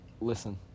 Listen